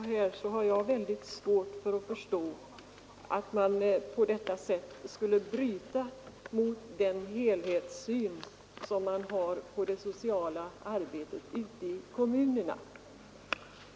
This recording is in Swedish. Herr talman! Jag har mycket svårt att förstå, fru Lundblad, att man här skulle bryta mot helhetssynen på det sociala arbetet ute i kommunerna.